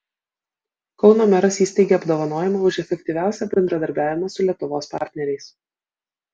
kauno meras įsteigė apdovanojimą už efektyviausią bendradarbiavimą su lietuvos partneriais